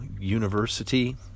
University